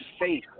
faith